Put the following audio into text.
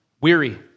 weary